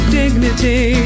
dignity